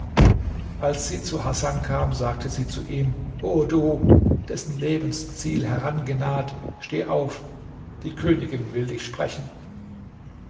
als sie zu hasan kam sagte sie zu ihm o du dessen lebensziel herangenaht steh auf die königin will dich sprechen